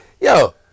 yo